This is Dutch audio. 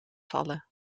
vallen